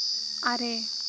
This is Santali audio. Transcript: ᱟᱨᱮ